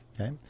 Okay